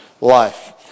life